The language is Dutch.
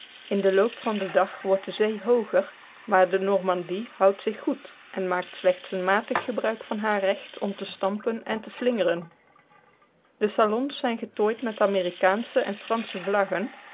in den loop van den dag wordt de zee hooger maar de normandie houdt zich goed en maakt slechts een matig gebruik van haar recht om te stampen en te slingeren de salons zijn getooid met amerikaansche en fransche vlaggen